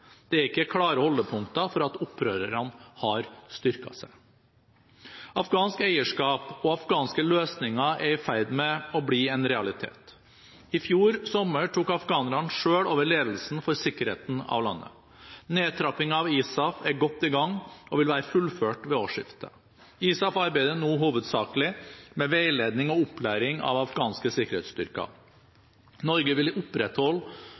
Det er ikke klare holdepunkter for at opprørerne har styrket seg. Afghansk eierskap og afghanske løsninger er i ferd med å bli en realitet. I fjor sommer tok afghanerne selv over ledelsen for sikkerheten av landet. Nedtrappingen av ISAF er godt i gang og vil være fullført ved årsskiftet. ISAF arbeider nå hovedsakelig med veiledning og opplæring av afghanske sikkerhetsstyrker. Norge vil opprettholde